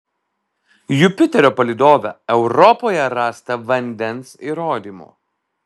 jupiterio palydove europoje rasta vandens įrodymų